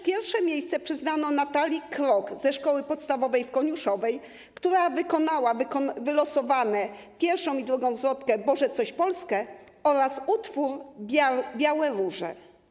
Pierwsze miejsce przyznano też Natalii Krok ze Szkoły Podstawowej w Koniuszowej, która wykonała wylosowaną pierwszą i drugą zwrotkę ˝Boże, coś Polskę˝ oraz utwór ˝Białe róże˝